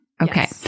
Okay